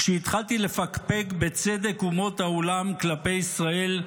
כשהתחלתי לפקפק בצדק אומות העולם כלפי ישראל,